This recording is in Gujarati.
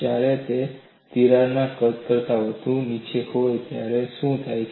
જ્યારે તે તિરાડના કદ કરતા ઘણું નીચે હોય ત્યારે શું થાય છે